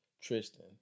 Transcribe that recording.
Tristan